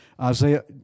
Isaiah